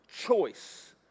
choice